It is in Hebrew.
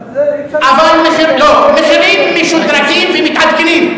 אי-אפשר, לא, מחירים משודרגים ומתעדכנים.